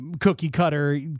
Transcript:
cookie-cutter